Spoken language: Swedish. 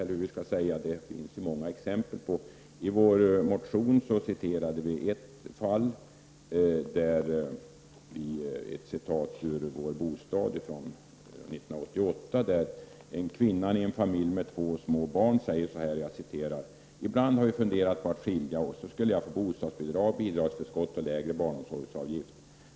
I vår motion hänvisade vi till ett fall som har redovisats i nummer ett av Vår Bostad från 1988. Kvinnan i en familj med två små barn säger där: ”Ibland har vi funderat på att skilja oss. Då skulle jag få bostadsbidrag, bidragsförskott och lägre barnomsorgsavgift.